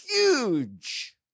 huge